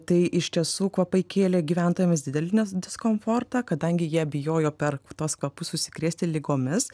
tai iš tiesų kvapai kėlė gyventojams didelį ne diskomfortą kadangi jie bijojo per tuos kvapus užsikrėsti ligomis